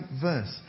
verse